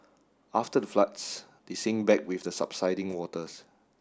after the floods they sink back with the subsiding waters